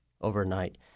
overnight